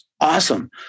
Awesome